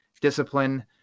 discipline